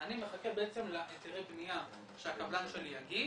אני מחכה להיתרי בנייה שהקבלן שלי יגיש